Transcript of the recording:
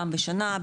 פעם בשנה,